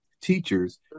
teachers